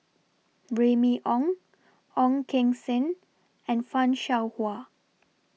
Remy Ong Ong Keng Sen and fan Shao Hua